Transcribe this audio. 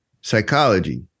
psychology